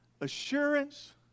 assurance